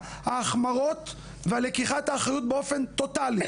ההחמרות ועל לקיחת האחריות באופן טוטאלי.